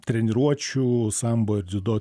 treniruočių sambo ir dziudo